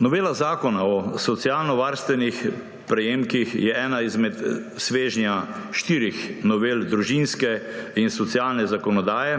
Novela Zakona o socialno varstvenih prejemkih je ena izmed svežnja štirih novel družinske in socialne zakonodaje,